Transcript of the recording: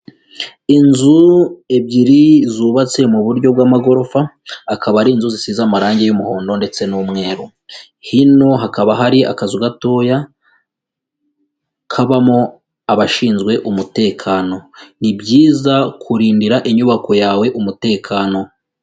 Inzu ebyiri zubatse mu buryo bw'amagorofa akaba ari inzu zisize amarange y'umuhondo ndetse n'umweru, hino hakaba hari akazu gatoya kabamo abashinzwe umutekano, ni byiza kurindira inyubako yawe umutekano.